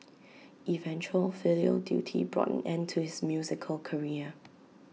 eventual filial duty brought an end to his musical career